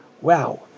Wow